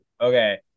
Okay